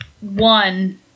One